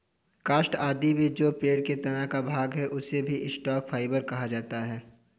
काष्ठ आदि भी जो पेड़ के तना का भाग है, उसे भी स्टॉक फाइवर कहा जाता है